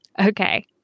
Okay